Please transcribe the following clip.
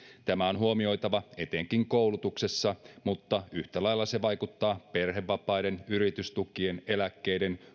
tämä on huomioitava etenkin koulutuksessa mutta yhtä lailla se vaikuttaa perhevapaiden yritystukien eläkkeiden